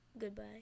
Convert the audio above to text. Goodbye